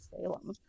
Salem